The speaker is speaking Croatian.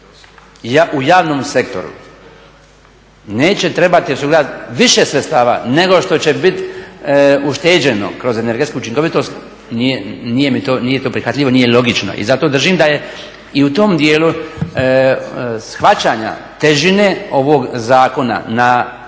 u javnom sektoru neće trebati … više sredstava nego što će biti ušteđeno kroz energetsku učinkovitost, nije to prihvatljivo, nije logično. I zato držim da je i u tom dijelu shvaćanja težine ovog zakona na